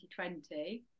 2020